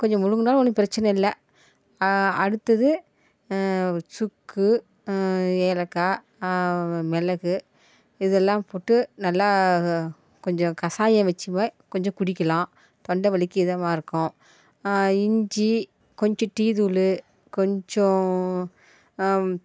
கொஞ்சம் விழுங்குனாலும் ஒன்றும் பிரச்சின இல்லை அடுத்தது சுக்கு ஏலக்காய் மிளகு இதெல்லாம் போட்டு நல்லா கொஞ்சம் கஷாயம் வச்சுமே கொஞ்சம் குடிக்கலாம் தொண்டை வலிக்கு இதமாக இருக்கும் இஞ்சி கொஞ்சம் டீ தூள் கொஞ்சம்